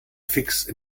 fixe